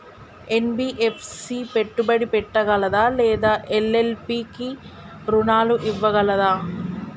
NBFC పెట్టుబడి పెట్టగలదా లేదా ఎల్.ఎల్.పి కి రుణాలు ఇవ్వగలదా?